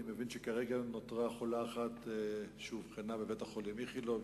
אני מבין שכרגע נותרה חולה אחת שאובחנה בבית-החולים "איכילוב".